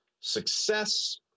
success